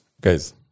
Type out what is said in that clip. Guys